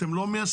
אתם לא מיישמים.